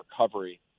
recovery